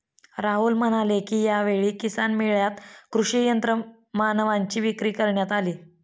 राहुल म्हणाले की, यावेळी किसान मेळ्यात कृषी यंत्रमानवांची विक्री करण्यात आली